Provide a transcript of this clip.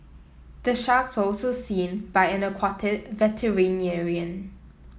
the sharks were also seen by an aquatic veterinarian